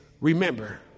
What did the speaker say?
Remember